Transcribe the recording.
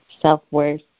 self-worth